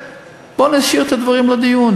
בואו נשאיר את הדברים לדיון.